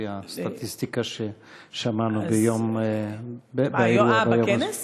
לפי הסטטיסטיקה ששמענו באירוע ביום הזה.